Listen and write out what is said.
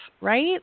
right